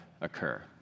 occur